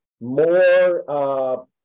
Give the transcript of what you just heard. more